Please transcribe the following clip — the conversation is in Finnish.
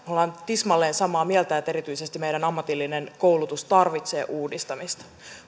me olemme tismalleen samaa mieltä että erityisesti meidän ammatillinen koulutus tarvitsee uudistamista